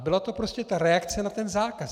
Byla to prostě reakce na ten zákaz.